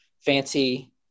fancy